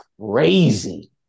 crazy